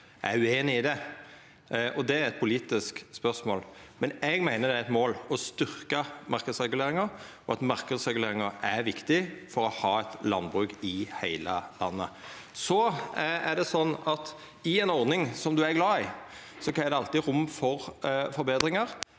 Høgre er ueinig i det, og det er eit politisk spørsmål, men eg meiner det er eit mål å styrkja marknadsreguleringa, og at marknadsreguleringa er viktig for å ha eit landbruk i heile landet. Så er det slik at i ei ordning ein er glad i, er det alltid rom for forbetringar.